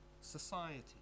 society